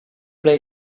play